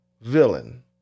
villain